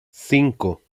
cinco